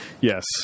Yes